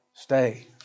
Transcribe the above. Stay